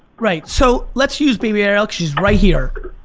right so let's use baby ariel cause she's right here,